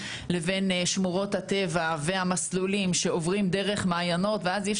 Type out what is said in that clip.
לבין שמורות הטבע והמסלולים שעוברים דרך מעיינות ואז אי